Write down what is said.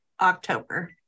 October